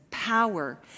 power